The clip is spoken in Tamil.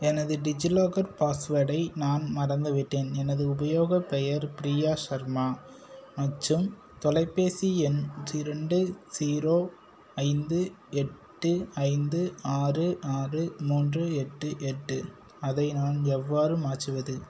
எனது டிஜிலாக்கர் பாஸ்வோர்டை நான் மறந்துவிட்டேன் எனது உபயோகப் பெயர் பிரியா ஷர்மா மற்றும் தொலைபேசி எண் இரண்டு ஜீரோ ஐந்து எட்டு ஐந்து ஆறு ஆறு மூன்று எட்டு எட்டு அதை நான் எவ்வாறு மாற்றுவது